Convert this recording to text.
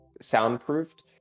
soundproofed